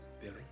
Billy